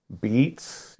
beets